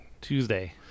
Tuesday